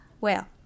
Well